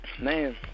Man